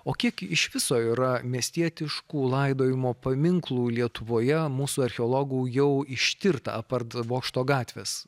o kiek iš viso yra miestietiškų laidojimo paminklų lietuvoje mūsų archeologų jau ištirta apart bokšto gatvės